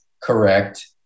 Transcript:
correct